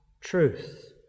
truth